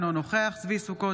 אינו נוכח צבי ידידיה סוכות,